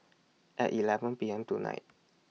At eleven P M tonight